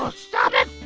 stop it.